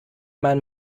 man